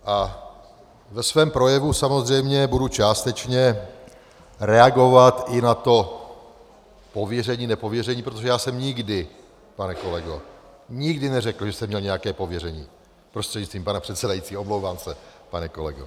A ve svém projevu samozřejmě budu částečně reagovat i na to pověřenínepověření, protože já jsem nikdy, pane kolego, nikdy neřekl, že jsem měl nějaké pověření prostřednictvím pana předsedajícího, omlouvám se, pane kolego.